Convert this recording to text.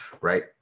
right